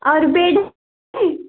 और बेड है